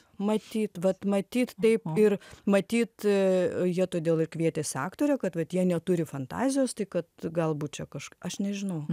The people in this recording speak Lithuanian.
matyt vat matyt taip ir matyt jie todėl ir kvietėsi aktorę kad vat jie neturi fantazijos tai kad galbūt čia kaž aš nežinau